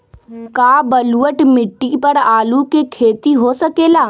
का बलूअट मिट्टी पर आलू के खेती हो सकेला?